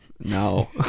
no